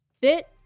fit